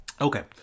Okay